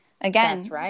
Again